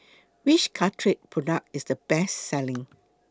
Which Caltrate Product IS The Best Selling